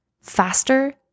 faster